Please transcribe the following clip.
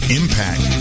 impact